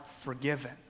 forgiven